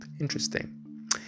interesting